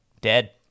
dead